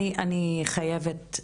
אני חייבת,